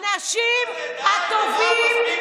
די עם השקר הזה.